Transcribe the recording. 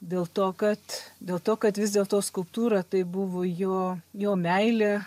dėl to kad dėl to kad vis dėlto skulptūra tai buvo jo jo meilė